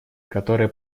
которые